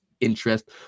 interest